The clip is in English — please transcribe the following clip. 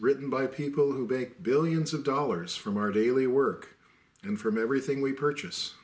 written by people who baked billions of dollars from our daily work and from everything we purchase